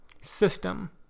system